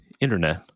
Internet